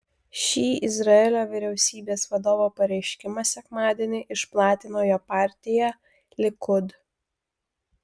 šį izraelio vyriausybės vadovo pareiškimą sekmadienį išplatino jo partija likud